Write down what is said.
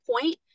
point